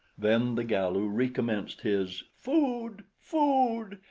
then the galu recommenced his, food! food!